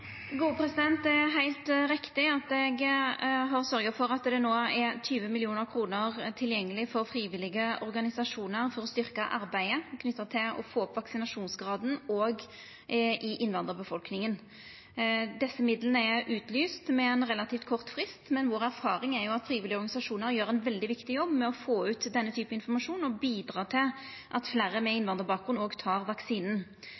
Det er heilt riktig at eg har sørgt for at det no er 20 mill. kr tilgjengeleg for frivillige organisasjonar for å styrkja arbeidet knytt til å få opp vaksinasjonsgraden òg i innvandrarbefolkninga. Desse midlane er utlyste med ein relativ kort frist, men vår erfaring er at frivillige organisasjonar gjer ein veldig viktig jobb med å få ut denne typen informasjon og bidra til at fleire med innvandrarbakgrunn òg tek vaksinen.